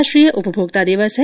आज राष्ट्रीय उपभोक्ता दिवस है